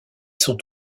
sont